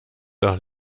doch